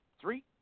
three